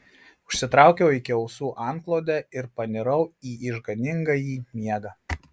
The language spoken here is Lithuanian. užsitraukiau iki ausų antklodę ir panirau į išganingąjį miegą